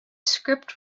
script